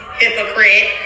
hypocrite